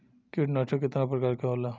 कीटनाशक केतना प्रकार के होला?